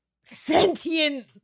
sentient